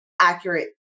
accurate